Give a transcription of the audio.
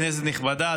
כנסת נכבדה,